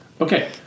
Okay